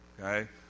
okay